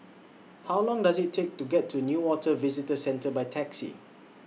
How Long Does IT Take to get to Newater Visitor Centre By Taxi